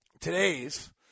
today's